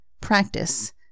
practice